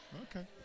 okay